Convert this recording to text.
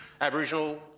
Aboriginal